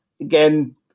again